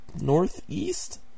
northeast